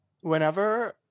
whenever